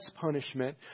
punishment